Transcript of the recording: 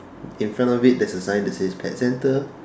in front of it there's a sign that says pet center